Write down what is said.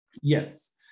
Yes